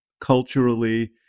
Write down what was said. culturally